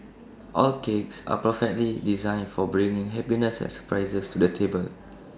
all cakes are perfectly designed for bringing happiness and surprises to the table